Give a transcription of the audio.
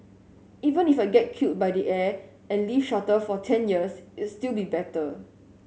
even if I get killed by the air and live shorter for ten years it'll still be better